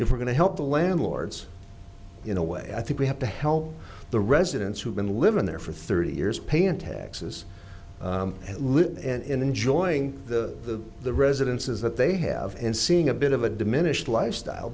if we're going to help the landlords in a way i think we have to help the residents who've been living there for thirty years paying taxes and live in enjoying the the residence is that they have been seeing a bit of a diminished lifestyle